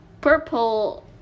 purple